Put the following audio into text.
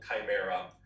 Chimera